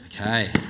okay